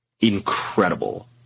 incredible